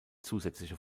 zusätzliche